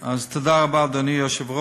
אוקיי, אז תודה רבה, אדוני היושב-ראש.